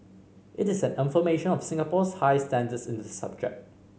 it is an affirmation of Singapore's high standards in the subject